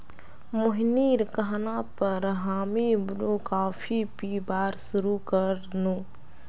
मोहिनीर कहना पर हामी ब्रू कॉफी पीबार शुरू कर नु